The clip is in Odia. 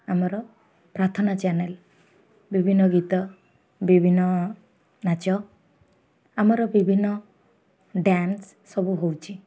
ଆମର ପ୍ରାର୍ଥନା ଚ୍ୟାନେଲ୍ ବିଭିନ୍ନ ଗୀତ ବିଭିନ୍ନ ନାଚ ଆମର ବିଭିନ୍ନ ଡ୍ୟାନ୍ସ ସବୁ ହେଉଛି